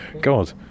God